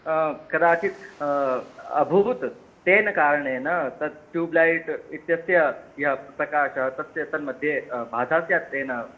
कदाचित् अभूत् तेन कारणेन तत् ट्युब्लैट् इत्यस्य यः प्रकाशः तस्य तन्मध्ये बाधः स्यात् तेन